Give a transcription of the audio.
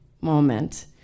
moment